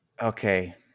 okay